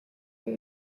und